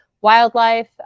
wildlife